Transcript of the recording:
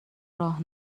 راه